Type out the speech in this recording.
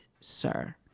sir